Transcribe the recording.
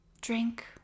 Drink